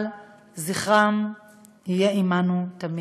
אבל זכרם יהיה עמנו תמיד.